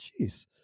Jeez